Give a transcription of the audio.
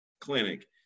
clinic